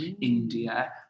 India